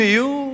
אם יהיו,